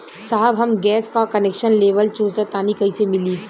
साहब हम गैस का कनेक्सन लेवल सोंचतानी कइसे मिली?